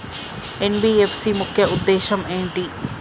NBFC ముఖ్య ఉద్దేశం ఏంటి?